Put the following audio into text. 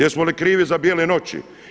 Jesmo li krivi za „Bijele noći“